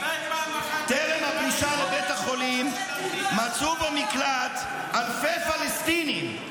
טרם הפלישה לבית החולים מצאו בו מקלט אלפי פלסטינים,